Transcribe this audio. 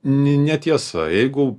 netiesa jeigu